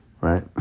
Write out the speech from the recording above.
Right